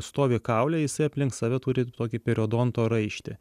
stovi kaule jisai aplink save turi tokį periodonto raištį